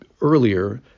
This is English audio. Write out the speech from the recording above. earlier